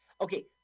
Okay